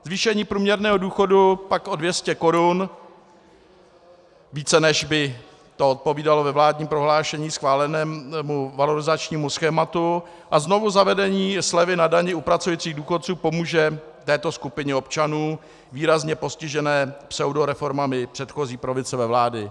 Zvýšení průměrného důchodu pak o 200 korun, více, než by to odpovídalo ve vládním prohlášení schváleném valorizačním schématu, a znovuzavedení slevy na dani u pracujících důchodců pomůže této skupině občanů výrazně postižené pseudoreformami předchozí pravicové vlády.